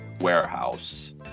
Warehouse